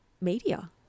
media